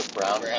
Brown